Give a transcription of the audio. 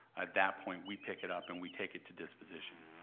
at that point, we pick it up and we take it to disposition.